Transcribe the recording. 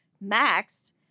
Max